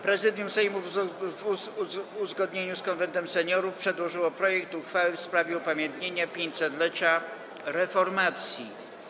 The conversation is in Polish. Prezydium Sejmu, w uzgodnieniu z Konwentem Seniorów, przedłożyło projekt uchwały w sprawie upamiętnienia 500-lecia Reformacji.